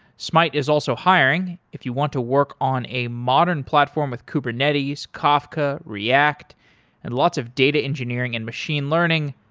smyte is also hiring. if you want to work on a modern platform with kubernetes, kafka, react and lots of data engineering and machine learning,